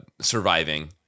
Surviving